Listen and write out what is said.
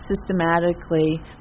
systematically